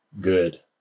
good